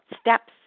steps